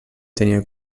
tenia